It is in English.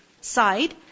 Side